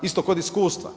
Isto kod iskustva.